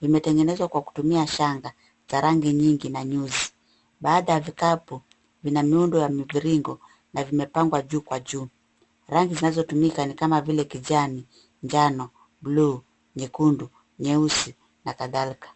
Vimetengenezwa kwa kutumia shanga za rangi nyingi na nyuzi. Baadhi ya vikapu vina miundo ya mviringo na vimepangwa juu kwa juu. Rangi zinazotumika ni kama vile kijani, njano, bluu, nyekundu, nyeusi na kadhalika.